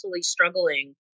struggling